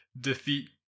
defeat